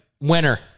Winner